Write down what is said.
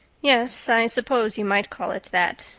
yes, i suppose you might call it that.